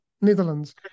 Netherlands